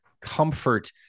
comfort